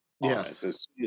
Yes